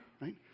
right